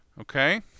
Okay